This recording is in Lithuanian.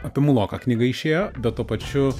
apie muloką knyga išėjo bet tuo pačiu